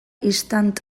istant